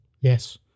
yes